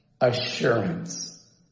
assurance